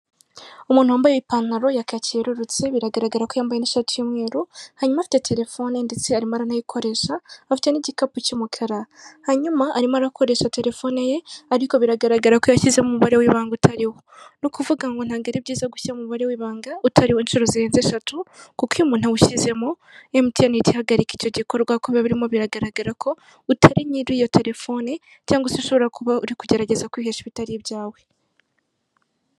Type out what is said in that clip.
Umuntu wambaye ipantalo ya kaki yerurutse biragaragara ko yambaye n'ishati y'umweru, hanyuma afite telefone ndetse arimo aranayikoresha, afite n'igikapu cy'umukara. Hanyuma arimo arakoresha telefone ye, ariko biragaragara ko yashyizemo umubare w'ibanga utariwo. Ni ukuvuga ngo ntago ari byiza gushyiramo umubare w'ibanga, utariwo inshuro zirenze eshatu, kuko iyo umuntu awushyizemo, Emutiyene ihita ihagarika icyo gikorwa, kuko biba birimo biragaragara ko, utari nyiri iyo telefone, cyangwa se ushobora kuba uri kugerageza kwihesha ibitari ibyawe.